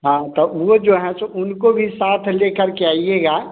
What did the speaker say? हाँ तो वह जो है तो उनको भी साथ लेकर के आइएगा